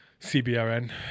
CBRN